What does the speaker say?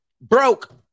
broke